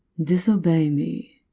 disobey me,